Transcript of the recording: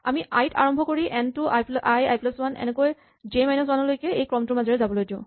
আমি আই ত আৰম্ভ কৰি এন টোক আই আই প্লাচ ৱান এনেকৈ জে মাইনাচ ৱান লৈকে এই ক্ৰমটোৰ মাজেৰে যাবলৈ দিওঁ